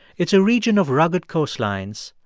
it's a region of rugged coastlines,